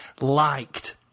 liked